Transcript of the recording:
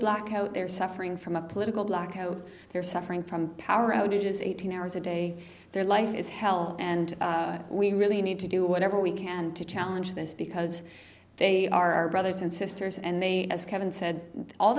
blackout they're suffering from a political block oh they're suffering from power outages eighteen hours a day their life is hell and we really need to do whatever we can to challenge this because they are brothers and sisters and they as kevin said all